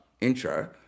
intro